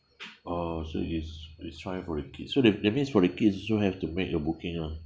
oh so it's it's fine for the kids so that that means for the kids also have to make a booking ah